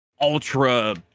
ultra